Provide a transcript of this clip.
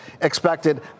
expected